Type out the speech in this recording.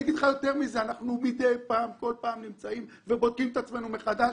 יותר מזה, אנחנו מידי פעם בודקים את עצמנו מחדש.